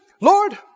Lord